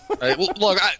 Look